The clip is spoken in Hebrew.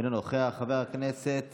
אינו נוכח, חבר הכנסת